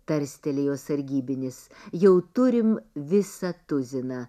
tarstelėjo sargybinis jau turim visą tuziną